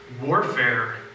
Warfare